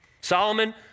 Solomon